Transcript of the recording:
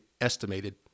estimated